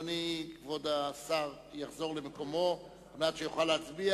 אדוני כבוד השר יחזור למקומו על מנת שיוכל להצביע.